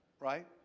Right